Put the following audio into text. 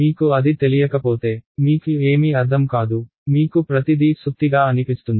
మీకు అది తెలియకపోతే మీకు ఏమి అర్దం కాదు మీకు ప్రతిదీ సుత్తిగా అనిపిస్తుంది